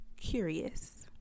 curious